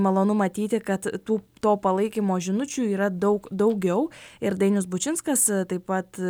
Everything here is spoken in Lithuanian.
malonu matyti kad tų to palaikymo žinučių yra daug daugiau ir dainius bučinskas taip pat